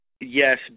Yes